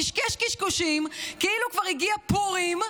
קשקש קשקושים כאילו כבר הגיע פורים.